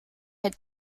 het